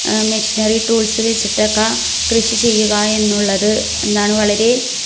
machinery tools വച്ചിട്ടൊക്കെ കൃഷി ചെയ്യുക എന്നുള്ളത് എന്നാണ് വളരെ